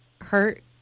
hurt